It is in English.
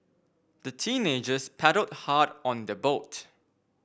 the teenagers paddled hard on their boat